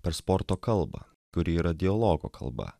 per sporto kalbą kuri yra dialogo kalba